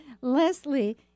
Leslie